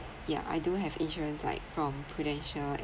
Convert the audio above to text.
yeah I do have insurance like from Prudential